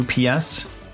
UPS